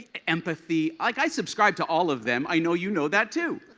empathy, like i subscribe to all of them. i know you know that too.